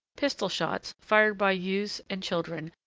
pistol-shots, fired by youths and children,